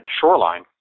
shoreline